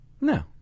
No